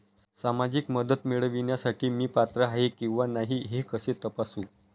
सामाजिक मदत मिळविण्यासाठी मी पात्र आहे किंवा नाही हे कसे तपासू?